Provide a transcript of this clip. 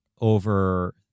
over